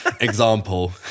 example